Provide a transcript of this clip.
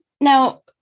Now